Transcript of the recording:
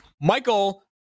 Michael